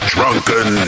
Drunken